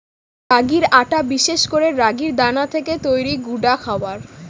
রাগির আটা বিশেষ করে রাগির দানা থেকে তৈরি গুঁডা খাবার